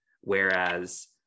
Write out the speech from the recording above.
whereas